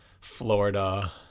Florida